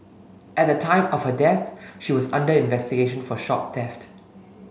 at the time of her death she was under investigation for shop theft